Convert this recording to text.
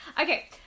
Okay